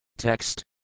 Text